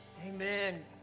Amen